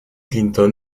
clinton